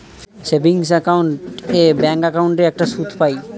savings account এ bank একাউন্টে একটা সুদ পাই